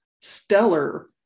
stellar